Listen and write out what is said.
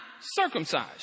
circumcised